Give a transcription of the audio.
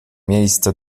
miejsce